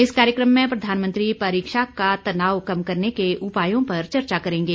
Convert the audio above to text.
इस कार्यक्रम में प्रधानमंत्री परीक्षा का तनाव कम करने के उपायों पर चर्चा करेंगे